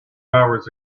hours